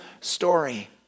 story